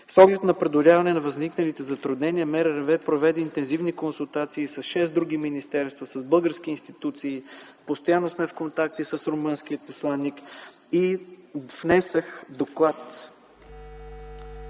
С оглед преодоляване на възникналите затруднения МРРБ проведе интензивни консултации с шест други министерства, с български институции, постоянно сме в контакти с румънския посланик. На 30 март